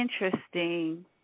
interesting